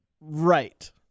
Right